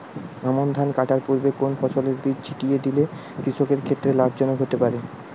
আমন ধান কাটার পূর্বে কোন ফসলের বীজ ছিটিয়ে দিলে কৃষকের ক্ষেত্রে লাভজনক হতে পারে?